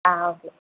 ஆ okay